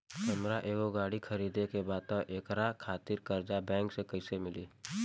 हमरा एगो गाड़ी खरीदे के बा त एकरा खातिर कर्जा बैंक से कईसे मिली?